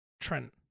Trent